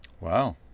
Wow